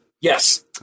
Yes